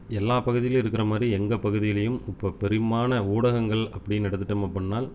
எல்லா பகுதிலேயும் இருக்கிற மாதிரி எங்கள் பகுதிலேயும் இப்போ பெரும்பான ஊடகங்கள் அப்படின்னு எடுத்துகிட்டோம் அப்புடின்னால்